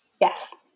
Yes